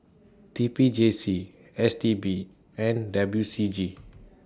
T P J C S T B and W C G